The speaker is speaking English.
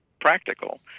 practical